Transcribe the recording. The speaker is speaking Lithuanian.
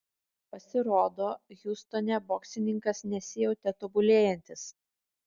pasirodo hjustone boksininkas nesijautė tobulėjantis